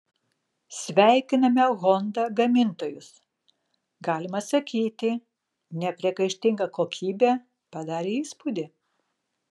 sveikiname honda gamintojus galima sakyti nepriekaištinga kokybė padarė įspūdį